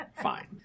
fine